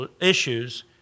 issues